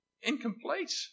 incomplete